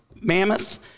mammoth